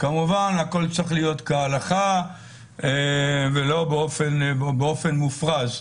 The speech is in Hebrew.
כמובן הכול צריך להיות כהלכה ולא באופן מופרז.